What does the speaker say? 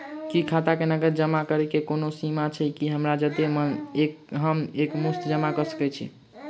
की खाता मे नगद जमा करऽ कऽ कोनो सीमा छई, की हमरा जत्ते मन हम एक मुस्त जमा कऽ सकय छी?